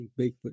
Bigfoot